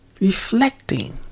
Reflecting